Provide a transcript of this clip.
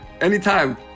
anytime